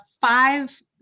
five